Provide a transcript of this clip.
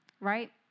right